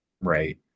Right